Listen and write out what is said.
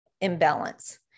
imbalance